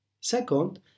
Second